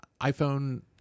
iPhone